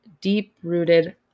deep-rooted